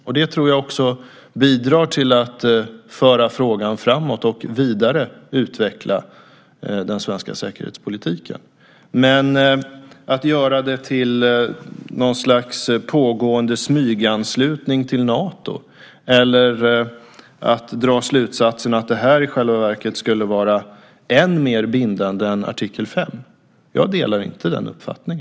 Jag tror att det bidrar till att föra frågan framåt och vidareutveckla den svenska säkerhetspolitiken. Att göra detta till något slags pågående smyganslutning till Nato, eller att dra slutsatsen att det i själva verket skulle vara än mer bindande än artikel 5, den uppfattningen delar jag inte.